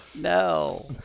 No